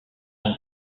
son